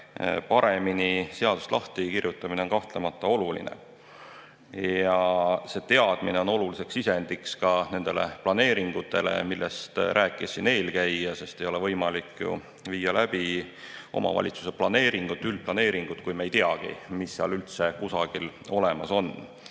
paremini seaduses lahtikirjutamine on kahtlemata oluline. Ja see teadmine on oluline sisend ka nendele planeeringutele, millest rääkis siin eelkõneleja, sest ei ole võimalik viia läbi omavalitsuse planeeringut, üldplaneeringut, kui me ei teagi, mis seal üldse kusagil olemas on.